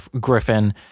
Griffin